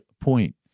point